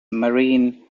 marine